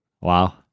Wow